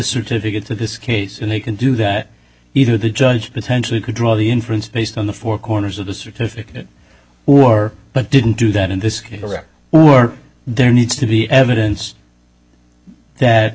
certificate to this case and they can do that either the judge potentially could draw the inference based on the four corners of the certificate or but didn't do that in this case iraq or there needs to be evidence that